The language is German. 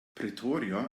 pretoria